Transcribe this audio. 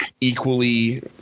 equally –